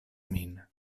min